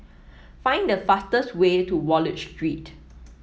find the fastest way to Wallich Street